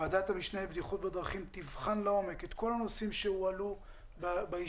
ועדת המשנה לבטיחות בדרכים תבחן לעומק את כל הנושאים שהועלו בישיבה